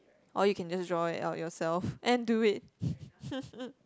or you can just draw it out yourself and do it